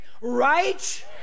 Right